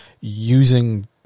using